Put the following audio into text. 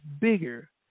bigger